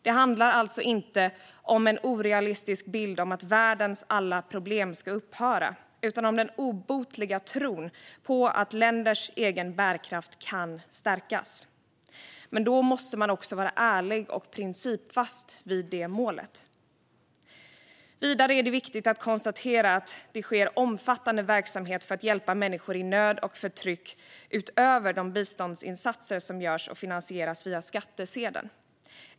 Det handlar alltså inte om en orealistisk bild av att världens alla problem ska upphöra utan om den obotliga tron på att länders egen bärkraft kan stärkas. Men då måste man också vara ärlig och principfast vid det målet. Vidare är det viktigt att konstatera att det sker omfattande verksamhet för att hjälpa människor i nöd och förtryck, utöver de biståndsinsatser som görs och finansieras via skattsedeln.